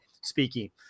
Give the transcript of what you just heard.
Speaking